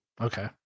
Okay